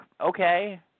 okay